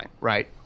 right